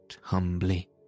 humbly